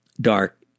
dark